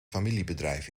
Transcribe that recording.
familiebedrijf